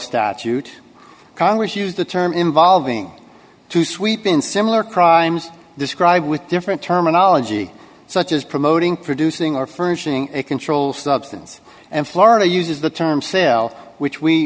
statute congress used the term involving two sweepin similar crimes described with different terminology such as promoting producing or furnishing a controlled substance and florida uses the term cell which we